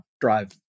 drive